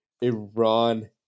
Iran